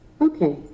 Okay